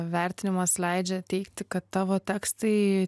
vertinimas leidžia teigti kad tavo tekstai